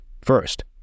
First